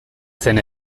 zen